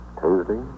Tuesday